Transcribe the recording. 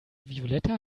violette